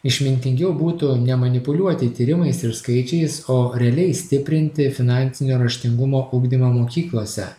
išmintingiau būtų nemanipuliuoti tyrimais ir skaičiais o realiai stiprinti finansinio raštingumo ugdymą mokyklose